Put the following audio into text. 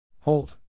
Hold